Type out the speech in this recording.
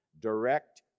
direct